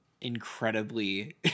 incredibly